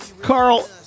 Carl